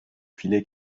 viele